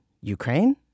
Ukraine